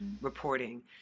reporting